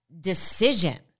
decision